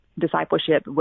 discipleship